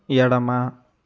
ఎడమ